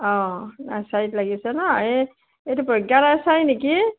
অঁ নাৰ্চাৰীত লাগিছে ন এই এইটো প্ৰজ্ঞা নাৰ্চাৰী নেকি